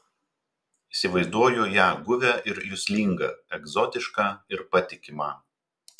įsivaizduoju ją guvią ir juslingą egzotišką ir patikimą